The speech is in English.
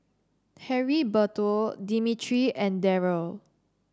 Heriberto Dimitri and Darryle